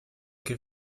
che